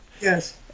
Yes